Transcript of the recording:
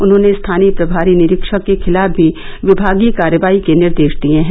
उन्होंने स्थानीय प्रभारी निरीक्षक के खिलाफ भी विभागीय कार्रवाई के निर्देश दिए हैं